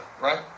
right